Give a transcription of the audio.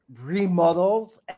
remodeled